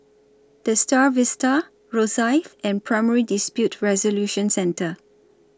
The STAR Vista Rosyth and Primary Dispute Resolution Centre